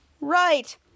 Right